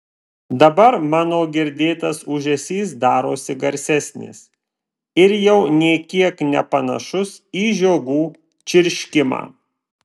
dabar mano girdėtas ūžesys darosi garsesnis ir jau nė kiek nepanašus į žiogų čirškimą